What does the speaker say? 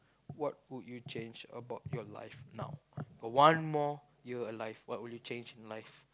what would you change about your life now got one more year alive what would you change in life